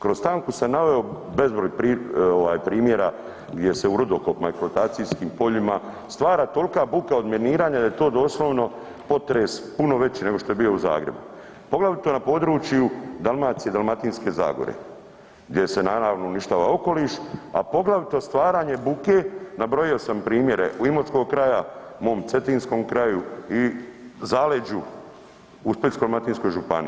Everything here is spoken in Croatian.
Kroz stanku sam naveo bezbroj ovaj primjera gdje se u rudokopima, eksploatacijskim poljima stvara tolika buka od miniranja da je to doslovno potres puno veći nego što je bio Zagrebu, poglavito na području Dalmacije i Dalmatinske zagore gdje se naravno uništava okoliš, a poglavito stvaranje bude, nabrojio sam primjere u Imotskog kraja, u mom Cetinskom kraju i zaleđu, u Splitsko-dalmatinskoj županiji.